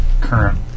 current